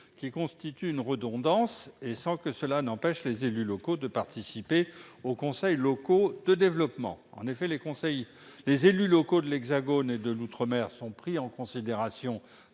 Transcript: qui constitue une redondance sans pour autant empêcher les élus locaux de participer aux conseils locaux du développement. En effet, les élus locaux de l'Hexagone et d'outre-mer sont déjà pris en considération